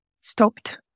stopped